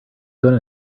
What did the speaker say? gonna